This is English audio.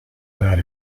that